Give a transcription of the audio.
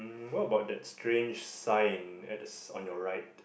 what about that strange sign at the on your right